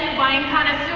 wine connoisseur,